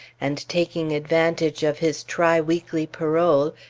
and taking advantage of his tri-weekly parole,